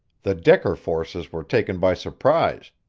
the decker forces were taken by surprise,